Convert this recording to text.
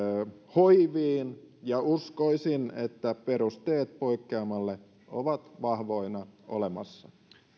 hoiviin ja uskoisin että perusteet poikkeamalle ovat vahvoina olemassa